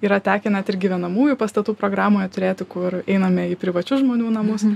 yra tekę net ir gyvenamųjų pastatų programoje turėti kur einame į privačių žmonių namus